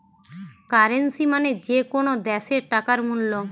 currency মানে যে কোনো দ্যাশের টাকার মূল্য